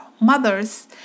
mothers